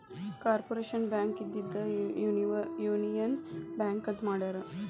corporation Bank ಇದ್ದಿದ್ದನ್ನ Union Bank ಅಂತ ಮಾಡ್ಯಾರ